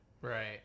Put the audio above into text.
right